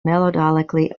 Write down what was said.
melodically